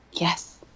Yes